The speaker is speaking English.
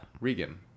Regan